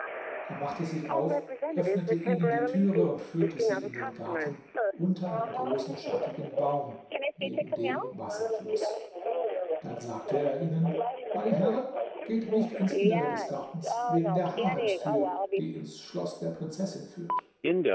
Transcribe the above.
er machte sich auf öffnete ihnen die türe und führte sie in den garten unter einen großen schattigen baum neben dem wasser floß dann sagte er ihnen meine herren geht nicht ins innere des gartens wegen der haremstür die ins schloß der prinzessin führt